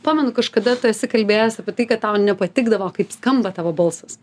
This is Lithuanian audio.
pamenu kažkada tu esi kalbėjęs apie tai kad tau nepatikdavo kaip skamba tavo balsas